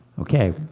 Okay